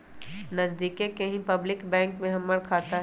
नजदिके के ही पब्लिक बैंक में हमर खाता हई